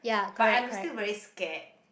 but I'm still very scared